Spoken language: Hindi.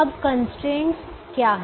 अब कंस्ट्रेंट्स क्या हैं